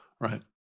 right